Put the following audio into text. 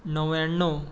णव्याणव